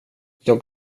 jag